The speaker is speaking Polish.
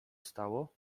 stało